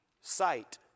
sight